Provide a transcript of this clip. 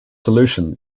solution